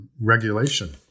regulation